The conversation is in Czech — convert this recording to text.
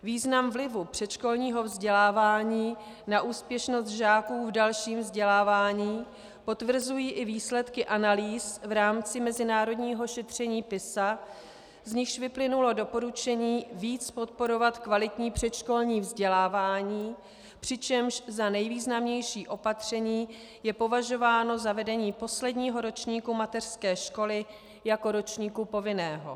Význam vlivu předškolního vzdělávání na úspěšnost žáků v dalším vzdělávání potvrzují i výsledky analýz v rámci mezinárodního šetření PISA, z nichž vyplynulo doporučení víc podporovat kvalitní předškolní vzdělávání, přičemž za nejvýznamnější opatření je považováno zavedení posledního ročníku mateřské školy jako ročníku povinného.